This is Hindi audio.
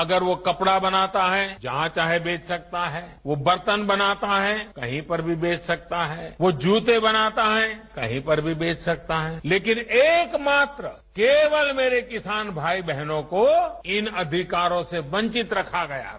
अगर वो कपड़ा बनाता है जहां चाहे बेच सकता है वो बर्तन बनाता है कहीं पर भी बेच सकता है वो जूते बनाता है कहीं पर भी बेच सकता है लेकिन एकमात्र केवल मेरे किसान भाई बहनों को इन अधिकारों से वंचित रखा गया है